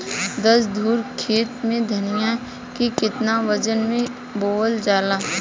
दस धुर खेत में धनिया के केतना वजन मे बोवल जाला?